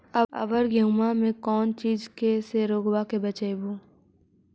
अबर गेहुमा मे कौन चीज के से रोग्बा के बचयभो?